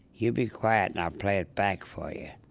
you be quiet, and i'll play it back for you